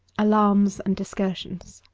alarms and discursions.